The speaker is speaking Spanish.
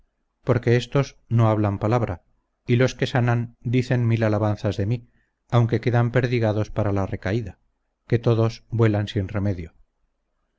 porque estos no hablan palabra y los que sanan dicen mil alabanzas de mi aunque quedan perdigados para la recaída que todos vuelan sin remedio